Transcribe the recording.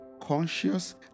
conscious